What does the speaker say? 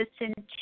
listen